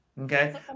Okay